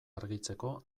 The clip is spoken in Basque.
argitzeko